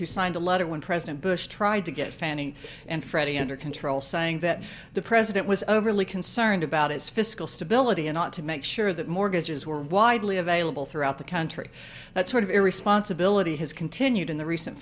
who signed a letter when president bush tried to get fannie and freddie under control saying that the president was overly concerned about his fiscal stability and ought to make sure that mortgages were widely available throughout the country that sort of irresponsibility has continued in the recent